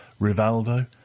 Rivaldo